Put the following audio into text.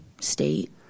state